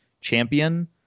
champion